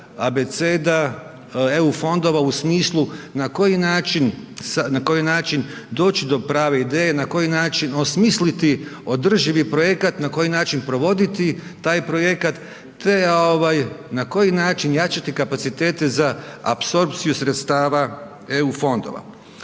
abeceda EU fondova u smislu na koji način doći do prave ideje, na koji način osmisliti održivi projekat, na koji način provoditi taj projekat te na koji način jačati kapacitete za apsorpciju sredstava EU fondova.